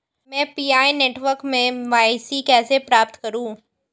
मैं PI network में KYC कैसे प्राप्त करूँ?